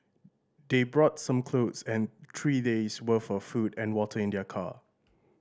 they brought some clothes and three days' worth of food and water in their car